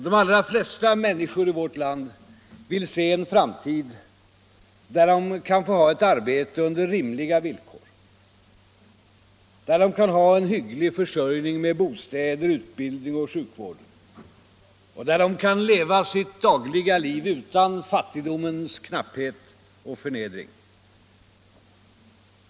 De allra flesta människor i vårt land vill se en framtid där de kan få ha ett arbete under rimliga villkor, där de kan ha en hygglig försörjning med bostäder, utbildning och sjukvård och där de kan leva sitt dagliga liv utan fattigdomens knapphet och förnedring.